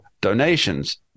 donations